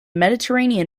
mediterranean